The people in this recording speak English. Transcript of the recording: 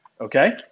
Okay